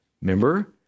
Remember